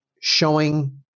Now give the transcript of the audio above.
showing